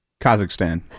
Kazakhstan